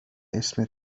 اسم